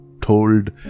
told